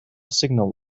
signal